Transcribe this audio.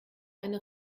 eine